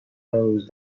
امروز